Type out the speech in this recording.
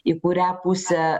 į kurią pusę